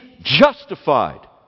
justified